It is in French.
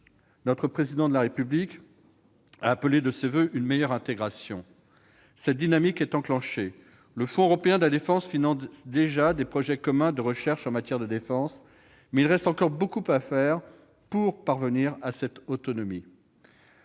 Le Président de la République a appelé de ses voeux une meilleure intégration. Cette dynamique est enclenchée. Le Fonds européen de la défense finance déjà des projets communs de recherche dans ce domaine, mais il reste beaucoup à faire pour parvenir à cette autonomie.